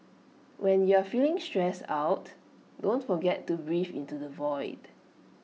when you are feeling stressed out don't forget to breathe into the void